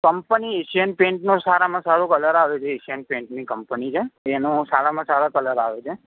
company Asian પેઈન્ટનો સારામાં સારો કલર આવે છે એશિયન પેઈન્ટની કંપની છે એનો સારામાં સારો કલર આવે છે